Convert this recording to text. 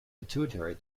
pituitary